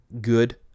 good